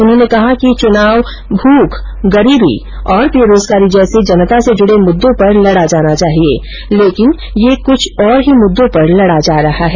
उन्होंने कहा कि चुनाव भूख गरीबी और बेरोजगारी जैसे जनता से जुडे मुददों पर लडा जाना चाहिये लेकिन यह कुछ ओर ही मुद्दो पर लडा जा रहा है